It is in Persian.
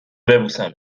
ببوسمت